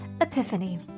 Epiphany